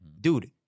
dude